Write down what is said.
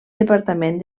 departament